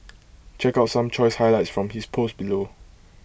check out some choice highlights from his post below